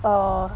or